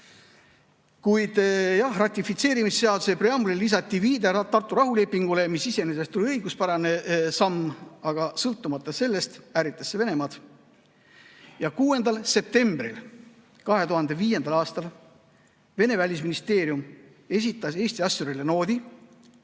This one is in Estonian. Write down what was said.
jah, ratifitseerimisseaduse preambulisse lisati viide Tartu rahulepingule, mis iseenesest oli õiguspärane samm, aga sõltumata sellest ärritas see Venemaad. Ja 6. septembril 2005. aastal esitas Vene välisministeerium Eesti asjurile noodi,